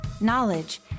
knowledge